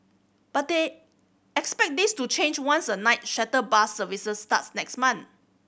but they expect this to change once a night shuttle bus service starts next month